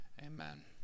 amen